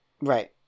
Right